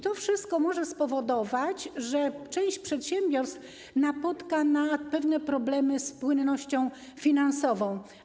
To wszystko może spowodować, że część przedsiębiorstw napotka na pewne problemy z płynnością finansową.